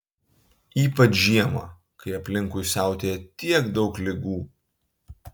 ypač žiemą kai aplinkui siautėja tiek daug ligų